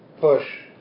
push